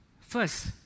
first